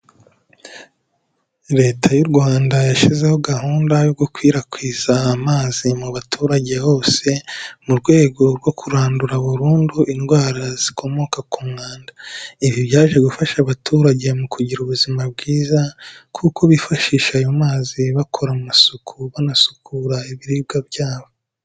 Leta y'u Rwanda yashyizeho gahunda yo gukwirakwiza amazi mu baturage hose, mu rwego rwo kurandura burundu indwara zikomoka ku mwanda. Ibi byaje gufasha abaturage mu kugira ubuzima bwiza kuko bifashisha ayo mazi bakora amasuku, banasukura ibiribwa byabo.